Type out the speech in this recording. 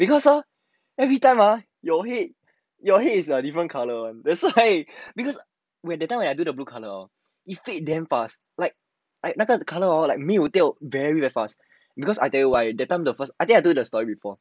because everytime ah your head is different colour that's why because that time when I do the blue colour hor it fade damn fast like 那个 colour hor 没有掉 very very fast because I tell you why because I think I tell you the story before